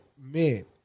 men